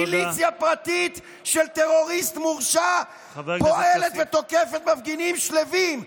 מיליציה פרטית של טרוריסט מורשע פועלת ותוקפת מפגינים שלווים.